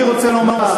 אני רוצה לומר,